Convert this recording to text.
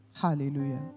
Hallelujah